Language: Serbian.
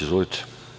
Izvolite.